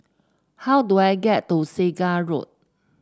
how do I get to Segar Road